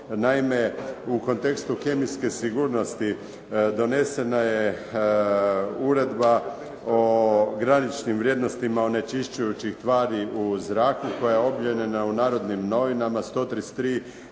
Naime, u kontekstu kemijske sigurnosti donesena je Uredba o graničnim vrijednostima onečišćujućih tvari u zraku koja je objavljena u "Narodnim novinama" 133/05.